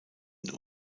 den